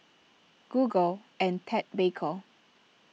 Google and Ted Baker